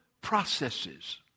processes